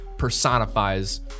personifies